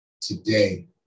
today